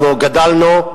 אנחנו גדלנו,